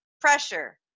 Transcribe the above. Pressure